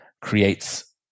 creates